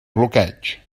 bloqueig